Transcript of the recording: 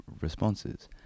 responses